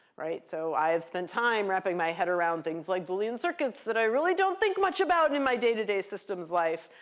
so i have spent time wrapping my head around things like boolean circuits that i really don't think much about in my day-to-day systems life.